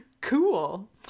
Cool